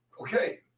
Okay